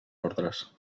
ordres